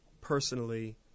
personally